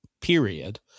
period